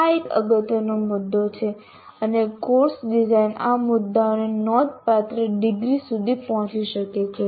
આ એક અગત્યનો મુદ્દો છે અને કોર્સ ડિઝાઇન આ મુદ્દાઓને નોંધપાત્ર ડિગ્રી સુધી પહોંચી શકે છે